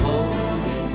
Holy